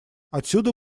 отсюда